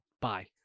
Bye